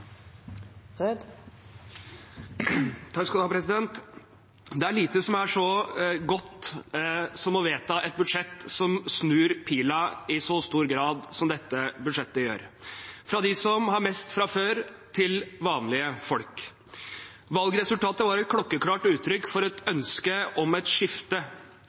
så godt som å vedta et budsjett som snur pila i så stor grad som dette budsjettet gjør – fra dem som har mest fra før, til vanlige folk. Valgresultatet var et klokkeklart uttrykk for et ønske om et skifte.